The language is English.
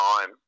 time